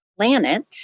planet